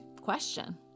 question